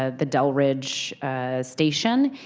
ah the dell ridge station,